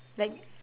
like